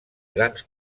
grans